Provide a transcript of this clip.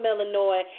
Illinois